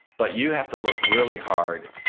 but you have to look really hard.